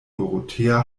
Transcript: dorothea